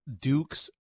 Duke's